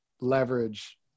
leverage